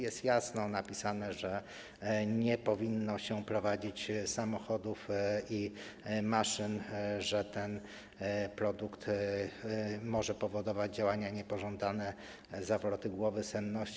Jest jasno napisane, że nie powinno się prowadzić samochodów i maszyn, że ten produkt może powodować działania niepożądane, zawroty głowy, senność.